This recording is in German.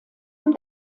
ihm